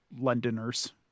Londoners